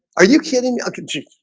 are you kidding under g?